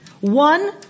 One